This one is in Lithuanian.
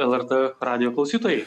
lrt radijo klausytojai